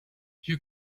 you